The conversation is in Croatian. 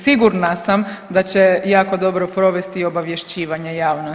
Sigurna sam da će jako dobro provesti i obavješćivanje javnosti.